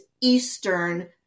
eastern